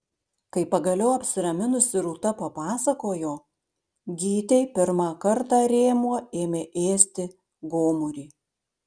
kai pagaliau apsiraminusi rūta papasakojo gytei pirmą kartą rėmuo ima ėsti gomurį